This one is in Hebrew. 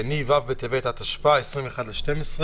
היום יום שני, ו' בטבת התשפ"א, 21 בדצמבר.